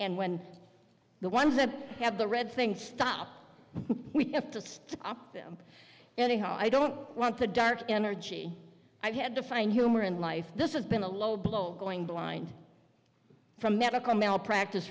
and when the ones that have the red thing stop we have to stop them anyhow i don't want the dark energy i had to find humor in life this is been a low blow going blind from medical malpracti